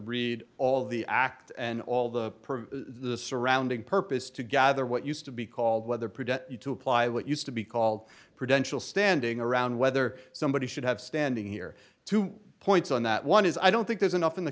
read all of the act and all the proof the surrounding purpose to gather what used to be called whether prevent you to apply what used to be called prevention standing around whether somebody should have standing here two points on that one is i don't think there's enough in the